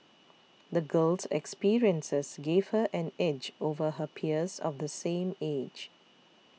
the girl's experiences gave her an edge over her peers of the same age